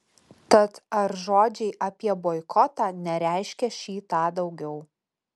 tad ar žodžiai apie boikotą nereiškia šį tą daugiau